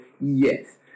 Yes